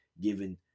given